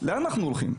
לאן אנחנו הולכים?